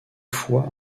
fois